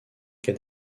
cas